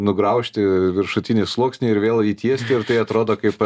nugraužti viršutinį sluoksnį ir vėl jį tiesti ir tai atrodo kaip